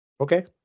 Okay